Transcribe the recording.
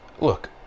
look